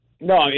no